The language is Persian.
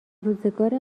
روزگار